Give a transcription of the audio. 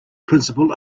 principle